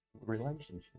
relationship